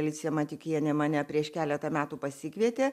alicija matiukienė mane prieš keletą metų pasikvietė